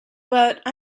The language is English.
but